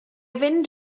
fynd